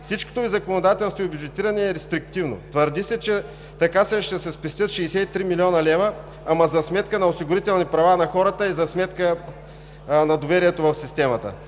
Всичкото Ви законодателство и бюджетиране е рестриктивно. Твърди се, че така ще се спестят 63 млн. лв., ама за сметка на осигурителни права на хората и за сметка на доверието в системата.